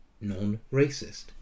non-racist